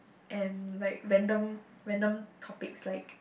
and like random random topics like